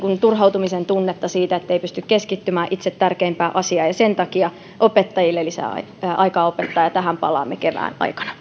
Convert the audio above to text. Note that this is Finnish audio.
turhautumisen tunnetta siitä ettei pysty keskittymään itse tärkeimpään asiaan ja sen takia opettajille pitää saada lisää aikaa opettaa ja tähän palaamme kevään aikana